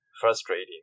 frustrating